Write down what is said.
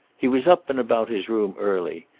he was up and about his room early.